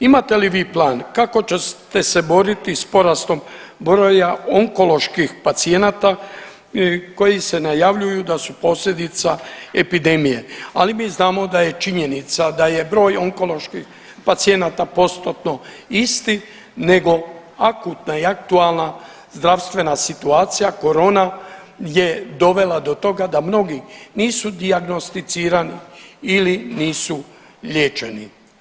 Imate li vi plan kako ćete se boriti s porastom broja onkoloških pacijenata koji se najavljuju da su posljedica epidemije, ali mi znamo da je činjenica da je broj onkoloških pacijenata postotno isti nego akutna i aktualna zdravstvena situacija korona je dovela do toga da mnogi nisu dijagnosticirani ili nisu liječeni?